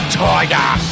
tiger